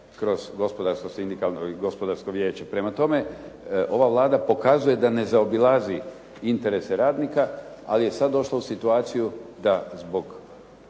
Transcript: pred poslodavce kroz Gospodarsko vijeće. Prema tome, ova Vlada pokazuje da ne zaobilazi interese radnika, ali je sada došla u situaciju da zbog